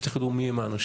ותכף תדעו מי האנשים.